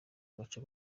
agace